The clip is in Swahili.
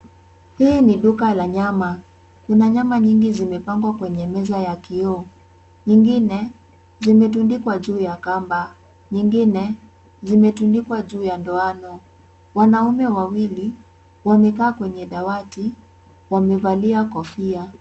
Hii ni duka la nyama. Kuna nyama nyingi zimepangwa kwenye meza ya kioo. Nyingine zimetundikwa juu ya kamba, nyingine zimetundikwa juu ya ndoano. Wanaume wawili wamekaa kwenye dawati, wamevalia kofia.